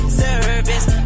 service